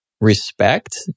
respect